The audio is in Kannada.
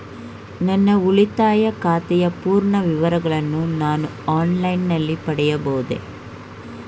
ನನ್ನ ಉಳಿತಾಯ ಖಾತೆಯ ಪೂರ್ಣ ವಿವರಗಳನ್ನು ನಾನು ಆನ್ಲೈನ್ ನಲ್ಲಿ ಪಡೆಯಬಹುದೇ?